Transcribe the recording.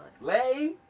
Lay